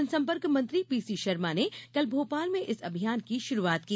जनसम्पर्क मंत्री पीसीशर्मा ने कल भोपाल में इस अभियान की श्र्रूआत की